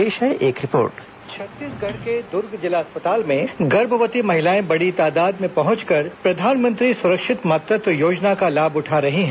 पेश है एक रिपोर्ट वाईस ओवर प्रदेश के दुर्ग जिला अस्पताल में गर्भवती महिलाएं बड़ी तादाद में पहुंचकर प्रधानमंत्री सुरक्षित मातृत्व योजना का लाभ उठा रही हैं